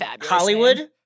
Hollywood